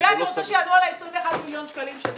ואני רוצה שיענו על ה-21 מיליון שקלים שסתיו שפיר שאלה.